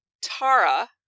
Tara